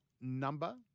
number